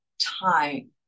time